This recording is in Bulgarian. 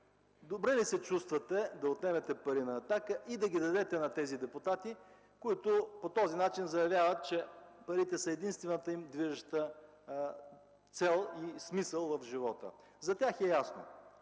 добре ли се чувствате да отнемате пари на „Атака” и да ги дадете на тези депутати, които по този начин заявяват, че парите са единствената им движеща цел и смисъл в живота? За тях е ясно.